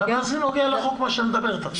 מה זה נוגע לחוק, מה שאת אומרת עכשיו?